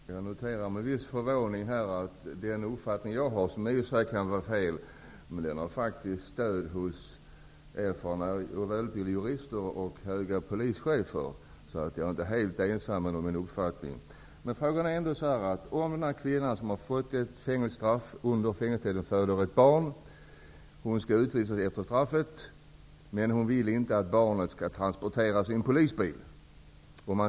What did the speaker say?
Herr talman! Jag noterar med viss förvåning att den uppfattning som jag har, som i och för sig kan vara fel, har stöd hos erfarna jurister och höga polischefer. Jag är inte helt ensam om denna uppfattning. Vi har en kvinna som har fått ett fängelsestraff. Under tiden i fängelset föder hon ett barn. Efter det att fängelsestraffet är avtjänat skall hon utvisas. Men kvinnan vill inte att barnet skall transporteras i en polisbil.